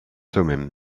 thummim